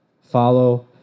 Follow